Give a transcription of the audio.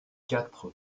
quatre